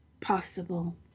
possible